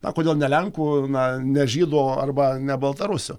na kodėl ne lenkų na ne žydų arba ne baltarusių